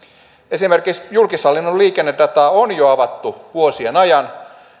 esimerkiksi julkishallinnon liikennedataa on jo avattu vuosien ajan